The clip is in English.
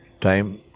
time